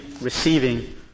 receiving